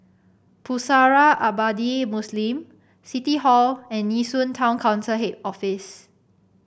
Pusara Abadi Muslim City Hall and Nee Soon Town Council Head Office